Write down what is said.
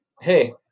Hey